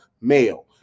male